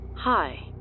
Hi